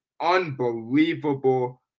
unbelievable